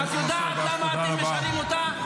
תודה רבה.